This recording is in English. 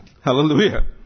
Hallelujah